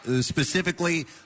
Specifically